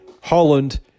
Holland